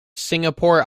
singapore